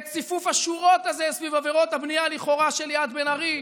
את ציפוף השורות הזה סביב עבירות הבנייה לכאורה של ליאת בן-ארי,